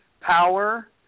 power